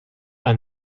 and